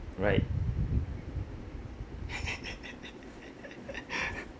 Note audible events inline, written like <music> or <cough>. right <laughs>